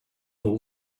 all